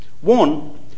One